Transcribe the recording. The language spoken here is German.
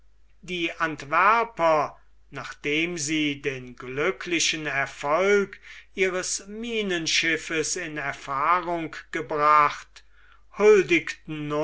die antwerper nachdem sie den glücklichen erfolg ihres minenschiffes in erfahrung gebracht huldigten